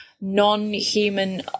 non-human